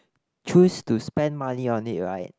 choose to spend money on it right